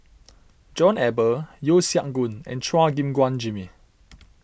John Eber Yeo Siak Goon and Chua Gim Guan Jimmy